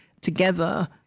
together